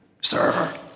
sir